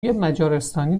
مجارستانی